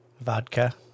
vodka